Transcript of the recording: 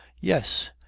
yes,